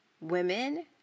women